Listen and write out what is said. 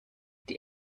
die